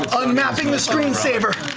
unmapping the screensaver.